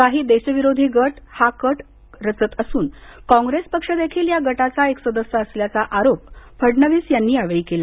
काही देशविरोधी गट हा कट रचत असून काँग्रेस पक्ष देखील या गटाचा एक सदस्य असल्याचा आरोप फडणवीस यांनी यावेळी केला